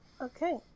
Okay